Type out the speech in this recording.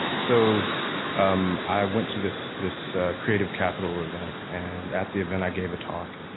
so um i went to this this creative capital event, and at the event, i gave a talk.